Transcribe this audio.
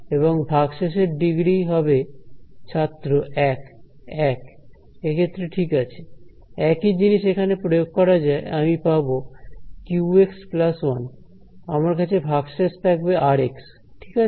এবং ভাগশেষ এর ডিগ্রী হবে ছাত্র এক এক এক্ষেত্রে ঠিক আছে একই জিনিস এখানে প্রয়োগ করা যায় আমি পাব q1 আমার কাছে ভাগশেষ থাকবে r ঠিক আছে